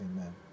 Amen